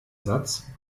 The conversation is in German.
satz